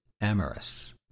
amorous